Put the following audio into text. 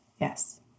Yes